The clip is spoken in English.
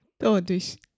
Todos